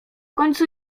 końcu